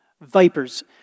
Vipers